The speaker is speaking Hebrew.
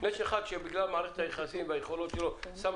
ויש מי שבגלל מערכת היחסים והיכולות שלו נתן